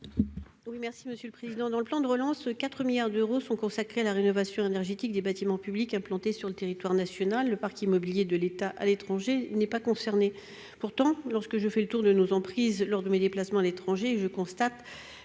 l'amendement n° II-1233. Dans le plan de relance, 4 milliards d'euros sont consacrés à la rénovation énergétique des bâtiments publics implantés sur le territoire national. Le parc immobilier de l'État à l'étranger, lui, n'est pas concerné. Pourtant, lorsque je fais le tour de nos emprises lors de mes déplacements à l'étranger, je constate